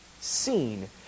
seen